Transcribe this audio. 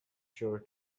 sure